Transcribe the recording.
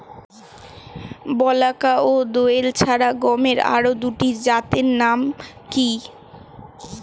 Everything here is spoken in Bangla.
বলাকা ও দোয়েল ছাড়া গমের আরো দুটি জাতের নাম কি?